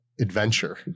adventure